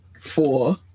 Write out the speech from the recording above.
four